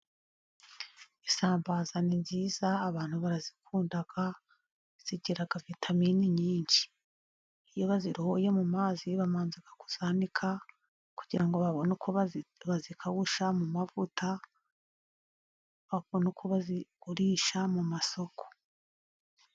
Isambaza ni nziza abantu barazikunda, zigira vitamini nyinshi. Iyo bazirohoye mu mazi bamanza kuzanika kugira ngo babone uko bazikawusha mu mavuta, babone uko bazigurisha mu masoko.